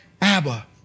Abba